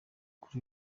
kuri